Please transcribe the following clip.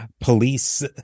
police